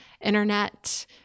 internet